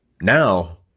now